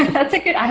that's a good,